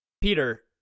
Peter